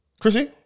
Chrissy